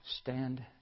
Stand